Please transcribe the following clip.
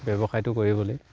ব্যৱসায়টো কৰিবলৈ